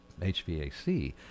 HVAC